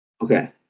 okay